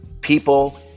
People